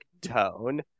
tone